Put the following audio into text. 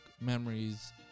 memories